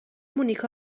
مونیکا